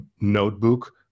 notebook